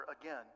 again